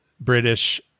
british